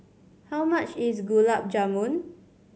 how much is Gulab Jamun